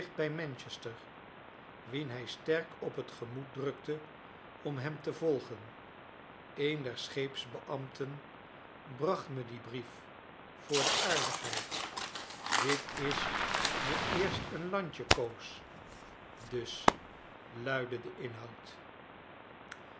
bij manchester wien hij sterk op t gemoed drukte om hem te volgen een der scheepsbeambten bracht me dien brief voor de aardigheid dit is me eersteen landje koos dus luidde de inhoud